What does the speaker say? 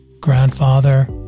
grandfather